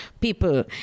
people